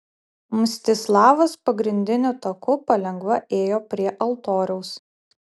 mstislavas pagrindiniu taku palengva ėjo prie altoriaus